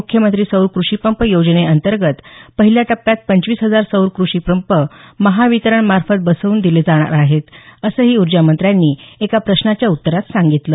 मुख्यमंत्री सौर कृषीपंप योजनेअंतर्गत पहिल्या टप्प्यात पंचवीस हजार सौर कृषीपंप महावितरण मार्फत बसवून दिले जाणार आहेत असंही उर्जा मंत्र्यांनी एका प्रश्नाच्या उत्तरात सांगितलं